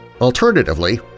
Alternatively